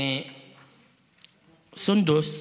סונדוס,